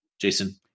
Jason